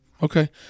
Okay